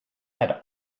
had